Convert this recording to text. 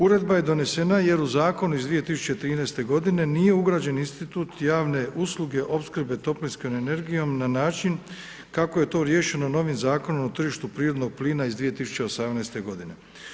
Uredba je donesena jer u zakonu iz 2013. godine nije ugrađen institut javne usluge opskrbe toplinskom energijom na način kako je to riješeno novim Zakonom o tržištu prirodnog plina iz 2018. godine.